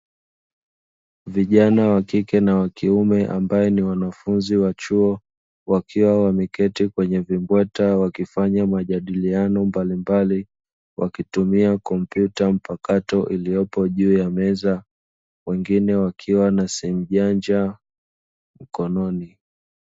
Vijana wa kike na wa kiume ambao ni wanafunzi wa chuo, wakiwa wameketi kwenye vimbweta wakifanya majadiliano mbalimbali, wakitumia kompyuta mpakato iliyopo juu ya meza, wengine wakiwa na simu janja mkononi.